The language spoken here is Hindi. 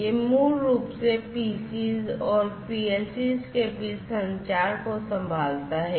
यह मूल रूप से PCs और PLCs के बीच संचार को संभालता है